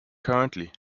currently